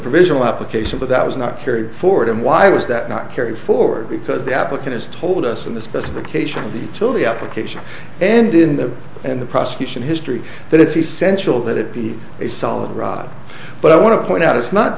provisional application but that was not carried forward and why was that not carried forward because the applicant has told us in the specification of the till the application and in the and the prosecution history that it's essential that it be a solid rod but i want to point out it's not